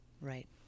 right